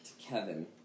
Kevin